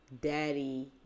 daddy